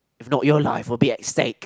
if not your life will be at stake